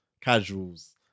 casuals